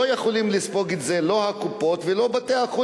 לא יכולים לספוג את זה, לא הקופות ולא בתי-החולים.